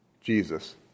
Jesus